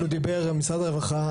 את משרד הרווחה.